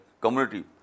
community